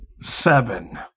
seven